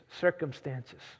circumstances